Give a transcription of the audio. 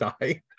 die